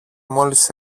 μόλις